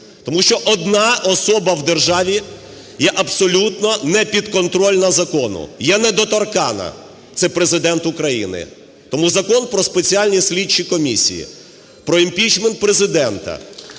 Тому що одна особа в державі є абсолютно непідконтрольна закону, є недоторкана – це Президент України. Тому Закон про спеціальні слідчі комісії, про імпічмент Президента,